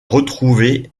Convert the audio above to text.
retrouvé